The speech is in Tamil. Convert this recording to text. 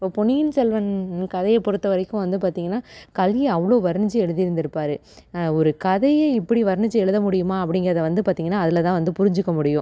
இப்போ பொன்னியின் செல்வன் கதையை பொறுத்த வரைக்கும் வந்து பார்த்தீங்கன்னா கல்கி அவ்வளோ வர்ணித்து எழுதிருந்திருப்பாரு ஒரு கதையை இப்படி வர்ணித்து எழுத முடியுமா அப்படிங்கிறத வந்து பார்த்தீங்கன்னா அதில் தான் வந்து புரிஞ்சுக்க முடியும்